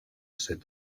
said